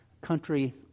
Country